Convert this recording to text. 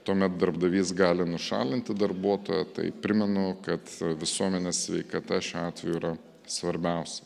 tuomet darbdavys gali nušalinti darbuotoją tai primenu kad visuomenės sveikata šiuo atveju yra svarbiausia